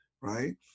right